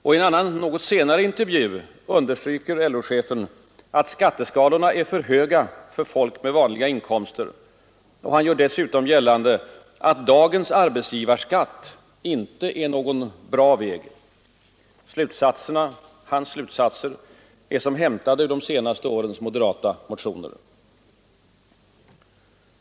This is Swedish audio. I en annan, något senare, intervju understryker LO-chefen att skatteskalorna är för höga ”för folk med vanliga inkomster” och gör dessutom gällande att dagens arbetsgivarskatt inte är ”någon bra väg”. Hans slutsatser är som hämtade ur de senaste årens moderata motioner.